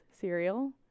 cereal